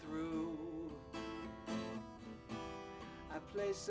through a place